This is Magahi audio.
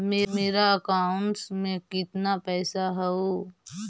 मेरा अकाउंटस में कितना पैसा हउ?